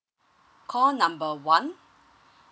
call number one